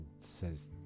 Says